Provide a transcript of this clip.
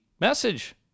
message